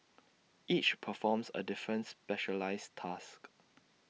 each performs A different specialised task